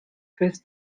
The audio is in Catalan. fes